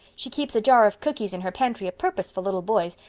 she keeps a jar of cookies in her pantry a-purpose for little boys,